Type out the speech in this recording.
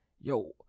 yo